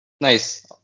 Nice